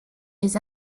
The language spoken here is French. les